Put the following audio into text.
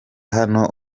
hano